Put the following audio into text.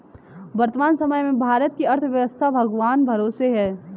वर्तमान समय में भारत की अर्थव्यस्था भगवान भरोसे है